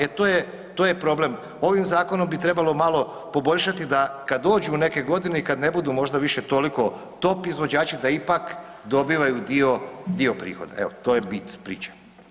E to je problem, ovim zakonom bi trebalo malo poboljšati da kad dođu u neke godine i kad ne budu možda više toliko top izvođači da ipak dobivaju dio prihoda, evo to je bit priče.